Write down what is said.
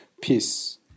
Peace